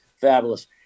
Fabulous